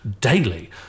daily